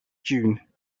june